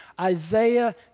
Isaiah